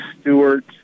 Stewart